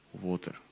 water